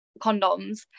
condoms